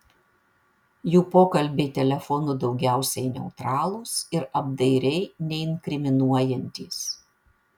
jų pokalbiai telefonu daugiausiai neutralūs ir apdairiai neinkriminuojantys